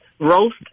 roast